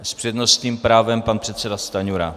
S přednostním právem pan předseda Stanjura.